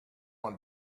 one